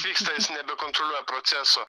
pyksta nebekontroliuoja proceso